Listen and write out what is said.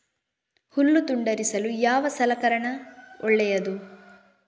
ಹುಲ್ಲು ತುಂಡರಿಸಲು ಯಾವ ಸಲಕರಣ ಒಳ್ಳೆಯದು?